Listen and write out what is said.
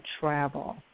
travel